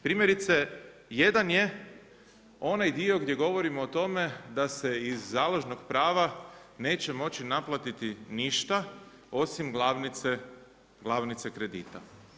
Primjerice, jedan je onaj dio gdje govorimo o tome da se iz založnog prava neće moći naplatiti ništa, osim glavnice kredita.